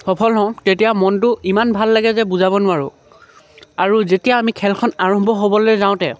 সফল হওঁ তেতিয়া মনটো ইমান ভাল লাগে যে বুজাব নোৱাৰোঁ আৰু যেতিয়া আমি খেলখন আৰম্ভ হ'বলৈ যাওঁতে